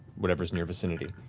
whatever's in your vicinity.